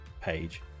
Page